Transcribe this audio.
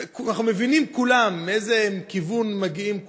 אנחנו מבינים כולם מאיזה כיוון מגיעים כולם.